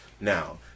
Now